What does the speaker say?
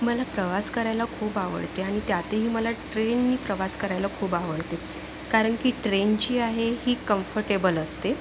मला प्रवास करायला खूप आवडते आणि त्यातही मला ट्रेननी प्रवास करायला खूप आवडते कारण की ट्रेन जी आहे ही कम्फर्टेबल असते